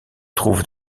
trouve